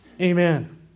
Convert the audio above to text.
Amen